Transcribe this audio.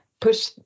push